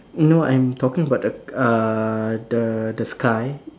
no I'm talking about the uh the the sky